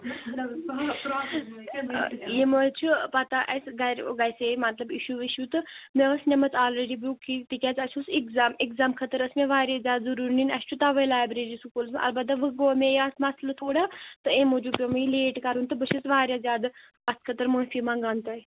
یہٕ مہٕ حٲز چھِ پَتہ اَسہِ گَرِ گَژھِ ہا مَطلَب اِشوٗ وِشوٗ تہٕ مےٚ ٲس نِمٕژ آلریٚڈی بُک تِکیازِ اسہِ اوس ایٚکزام ایٚکزام خٲطرٕ ٲس مےٚ واریاہ زیادٕ ضروٗری نِنۍ اسہِ چھُ تَوٕے لایبریری سکوٗلس منٛز البتہ گوٚو مےٚ اتھ مَسلہٕ تھوڑا تہٕ امہِ موٗجوٗب پٮ۪و مےٚ یہِ لیٹ کَرُن تہٕ بہٕ چھٮ۪س وارِیاہ زیادٕ اَتھ خٲطرٕ مٲفی مَنٛگان تۄہہِ